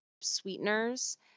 sweeteners